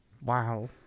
wow